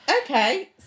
Okay